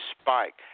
spike